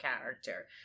character